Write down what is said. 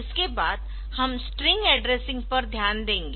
इसके बाद हम स्ट्रिंग एड्रेसिंग पर ध्यान देंगे